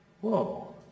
whoa